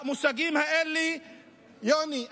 יוני,